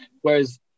Whereas